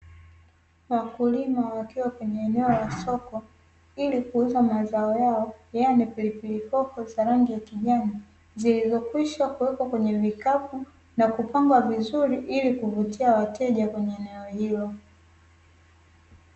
Wakulima wakiwa kwenye eneo la soko ili kuuza mazao yao, yaani pilipili hoho za rangi ya kijani zilizokwisha kuwekwa kwenye vikapu na kupangwa vizuri ili kuvutia wateja kwenye eneo hilo.